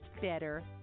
better